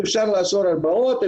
אפשר לאסור הרבעות,